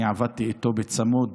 אני עבדתי איתו בצמוד